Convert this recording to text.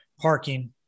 parking